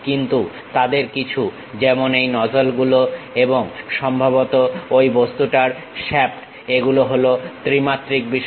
কিন্তু তাদের কিছু যেমন এই নজলগুলো এবং সম্ভবত ওই বস্তুটার শ্যাফট এগুলো হলো ত্রিমাত্রিক বিষয়